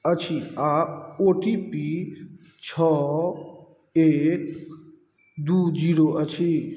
अछि आओर O T P छओ एक दुइ जीरो अछि